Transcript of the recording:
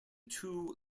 two